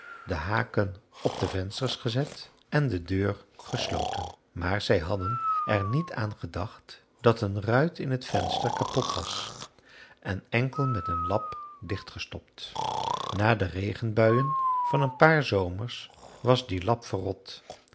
de haken op de vensters gezet en de deur gesloten maar zij hadden er niet aan gedacht dat een ruit in het venster kapot was en enkel met een lap dichtgestopt na de regenbuien van een paar zomers was die lap verrot